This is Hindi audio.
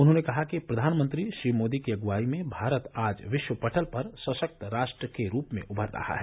उन्होंने कहा कि प्रधानमंत्री श्री मोदी की अगुवाई में भारत आज विश्व पटल पर सशक्त राष्ट्र के रूप में उनर रहा है